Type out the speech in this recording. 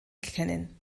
kennen